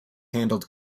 handled